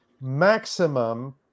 maximum